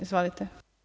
Izvolite.